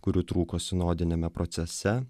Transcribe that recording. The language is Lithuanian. kurių trūko sinodiniame procese